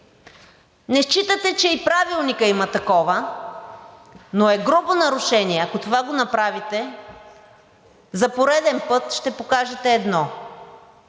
Не считате, че и Правилникът има такова! Но е грубо нарушение. Ако това го направите, за пореден път ще покажете едно…